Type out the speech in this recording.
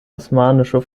osmanische